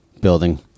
building